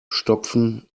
stopfen